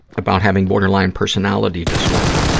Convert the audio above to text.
about having borderline personality disorder.